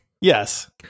Yes